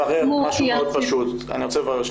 אני רוצה לברר דבר פשוט מאוד.